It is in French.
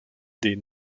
des